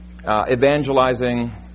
evangelizing